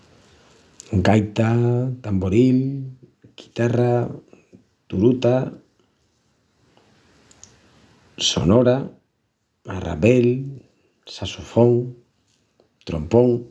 Gaita, tamboril, quitarra, turuta, sonora, arrabel, sassofón, trompón.